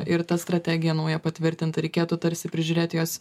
ir ta strategija nauja patvirtinta reikėtų tarsi prižiūrėti jos